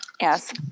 yes